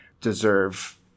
deserve